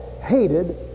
hated